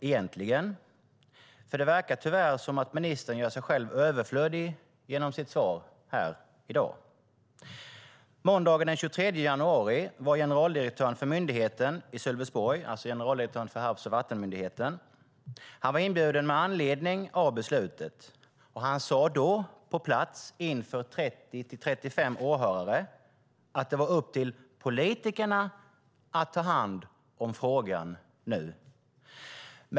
Det verkar tyvärr som om ministern gör sig själv överflödig genom sitt svar här i dag. Måndagen den 23 januari var generaldirektören för Havs och vattenmyndigheten i Sölvesborg. Han var inbjuden med anledning av beslutet. Han sade då på plats inför 30-35 åhörare att det var upp till politikerna att ta hand om frågan nu.